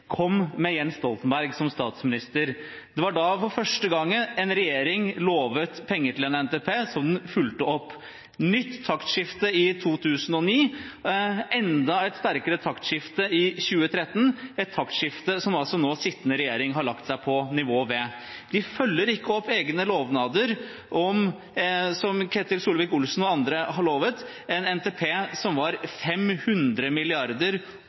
kom med Jens Stoltenberg som statsminister. Det var da for første gang en regjering lovet penger til en NTP som den fulgte opp. Det var et nytt taktskifte i 2009, og et enda sterkere taktskifte i 2013, et taktskifte som altså nå den sittende regjering har lagt seg på nivået ved. De følger ikke opp egne lovnader som Ketil Solvik-Olsen og andre har kommet med, en NTP som